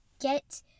get